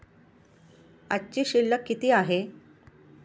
आजची शिल्लक किती आहे?